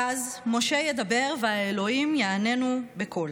ואז משה ידבר, והאלוהים יעננו בקול.